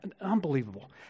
unbelievable